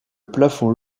plafond